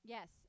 Yes